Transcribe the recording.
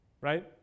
right